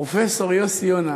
פרופסור יוסי יונה,